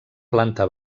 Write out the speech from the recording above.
planta